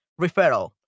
referral